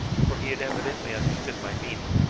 for he had evidently understood my meaning.